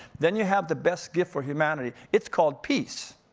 then you have the best gift for humanity. it's called peace,